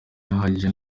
ahagije